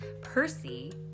Percy